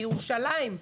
בירושלים.